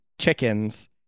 chickens